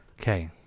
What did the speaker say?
Okay